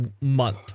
month